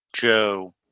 Joe